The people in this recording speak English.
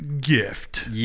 gift